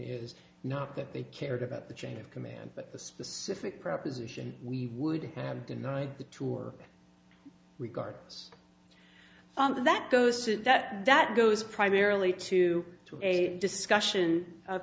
is not that they cared about the chain of command but the specific proposition we would have denied the tour regardless that goes it that that goes primarily to to a discussion